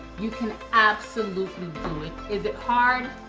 you can absolutely do it. is it hard?